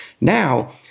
Now